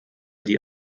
die